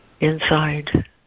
inside